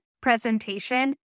presentation